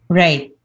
right